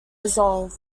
resolve